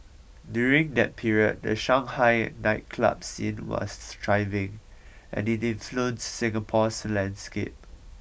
during that period the Shanghai nightclub scene was thriving and it influenced Singapore's landscape